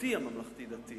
הפרטי הממלכתי-דתי